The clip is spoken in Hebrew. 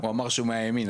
הוא אמר שהוא מהימין.